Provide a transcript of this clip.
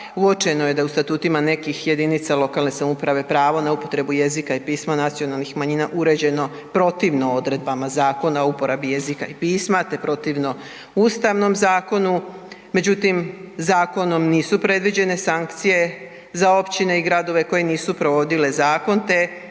uočeno je da u statutima nekih jedinica lokalne samouprave pravo na upotrebu jezika i pisma nacionalnih manjina je uređeno protivno odredbama Zakona o uporabi jezika i pisma te protivno Ustavnom zakonu, međutim zakonom nisu predviđene sankcije za općine i gradove koje nisu provodile zakon